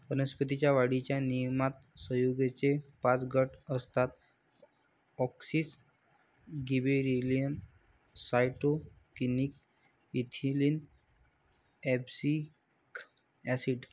वनस्पतीं च्या वाढीच्या नियमनात संयुगेचे पाच गट असतातः auxin, gibberellin, cytokinin, ethylene, abscisic acid